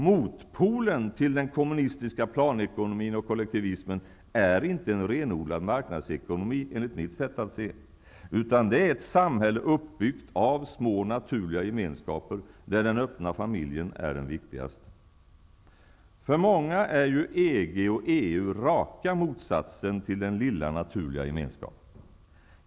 Motpolen till den kommunistiska planekonomin och kollektivismen är inte en renodlad marknadsekonomi, enligt mitt sätt att se, utan det är ett samhälle uppbyggt av små naturliga gemenskaper, där den öppna familjen är den viktigaste. För många är EG och EU raka motsatsen till den lilla naturliga gemenskapen.